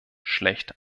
schlecht